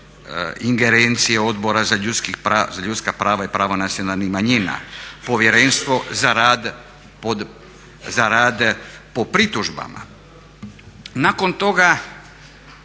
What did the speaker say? ingerencije Odbora za ljudska prava i prava nacionalnih manjina, Povjerenstvo za rad po pritužbama. Nakon toga